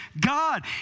God